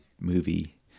movie